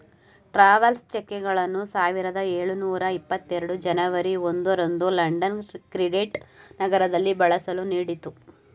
travels ಚೆಕ್ಗಳನ್ನು ಸಾವಿರದ ಎಳುನೂರ ಎಪ್ಪತ್ತ ಎರಡು ಜನವರಿ ಒಂದು ರಂದು ಲಂಡನ್ ಕ್ರೆಡಿಟ್ ನಗರದಲ್ಲಿ ಬಳಸಲು ನೀಡಿತ್ತು